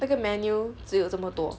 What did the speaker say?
那个 menu 只有这么多